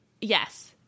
yes